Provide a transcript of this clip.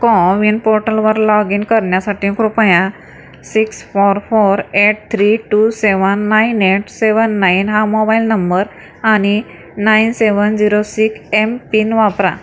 CoWIN पोर्टलवर log in करण्यासाठी कृपया six four four eight three two seven nine eight seven nine हा mobile number आणि nine seven zero six MPIN वापरा